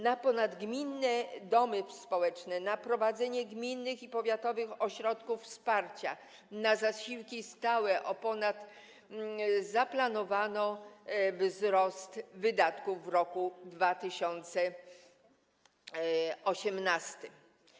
Na ponadgminne domy pomocy społecznej, na prowadzenie gminnych i powiatowych ośrodków wsparcia, na zasiłki stałe zaplanowano wzrost wydatków w roku 2018.